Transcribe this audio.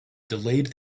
delayed